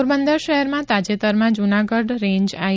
પોરબંદર શહેરમાં તાજેતરમાં જૂનાગઢ રેન્જ આઈ